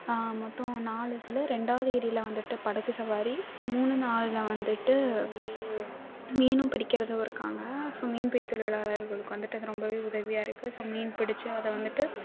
மொத்தம் நாலு இதில் ரெண்டாவது ஏரியில் வந்துட்டு படகு சவாரி மூணு நாலில் வந்துட்டு மீனும் பிடிக்கிறதும் இருக்காங்க ஸோ மீன்பிடித் தொழிலாளர்களுக்கு வந்துட்டு அது ரொம்ப உதவியாயிருக்கு ஸோ மீன் பிடித்து அதை வந்துட்டு